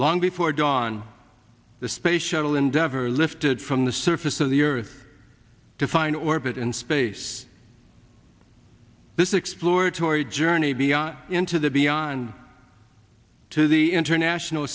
long before dawn the space shuttle endeavor lifted from the surface of the earth to find orbit in space this exploratory journey beyond into the beyond to the international